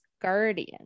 Guardian